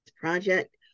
project